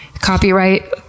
Copyright